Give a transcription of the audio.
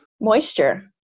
moisture